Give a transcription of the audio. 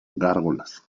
gárgolas